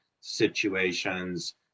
situations